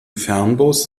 fernbus